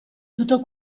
tutto